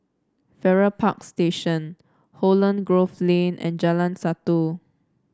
Farrer Park Station Holland Grove Lane and Jalan Satu